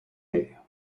medio